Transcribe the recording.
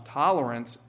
tolerance